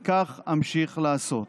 וכך אמשיך לעשות.